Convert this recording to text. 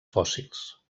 fòssils